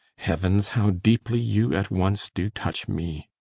heavens, how deeply you at once do touch me!